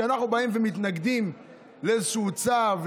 כשאנחנו מתנגדים לאיזשהו צו,